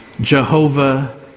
Jehovah